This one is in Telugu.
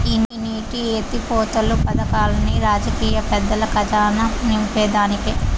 ఈ నీటి ఎత్తిపోతలు పదకాల్లన్ని రాజకీయ పెద్దల కజానా నింపేదానికే